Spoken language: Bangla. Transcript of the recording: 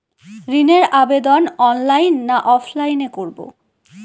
ঋণের আবেদন অনলাইন না অফলাইনে করব?